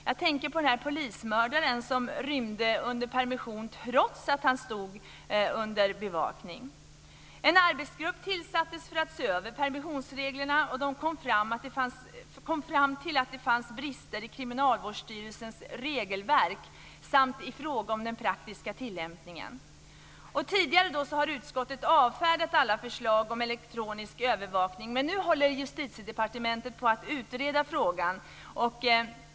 Jag tänker på polismördaren som rymde under permission trots att han stod under bevakning. En arbetsgrupp tillsattes för att se över permissionsreglerna, och man kom fram till att det fanns brister i Kriminalvårdsstyrelsens regelverk samt i fråga om den praktiska tillämpningen. Tidigare har utskottet avfärdat alla förslag om elektronisk övervakning men nu håller Justitiedepartementet på att utreda frågan.